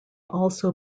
also